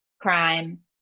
crime